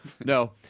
no